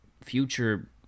future